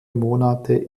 monate